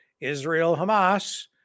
Israel-Hamas